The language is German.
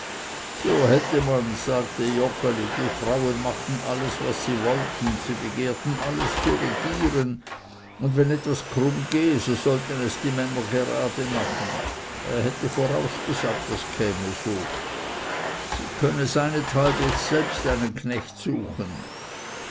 so hätte mans sagte joggeli die frauen machten alles wie sie wollten sie begehrten alles zu regieren und wenn etwas krumm gehe so sollten es die männer gerade machen er hätte vorausgesagt das käme so sie könne seinethalb jetzt selbst einen knecht suchen